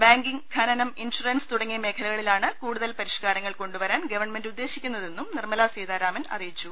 banking ഖനനം insurance തുടങ്ങിയ മേഖലകളിലാണ് കൂടുതൽ പ്രിഷ്കാരങ്ങൾ കൊണ്ടുവരാൻ ഗവൺമെന്റ് ഉദ്ദേശിക്കുന്നതെന്നും നിർമലാ സീതാരാമൻ അറിയിച്ചു